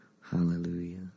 Hallelujah